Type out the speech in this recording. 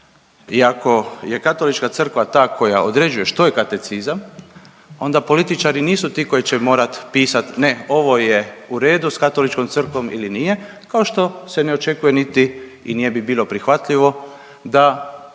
I ako je Katolička crkva ta koja određuje što je katecizam onda političari nisu ti koji će morat pisat ne ovo je u redu s Katoličkom crkvom ili nije kao što ne očekuje niti i ne bi bilo prihvatljivo da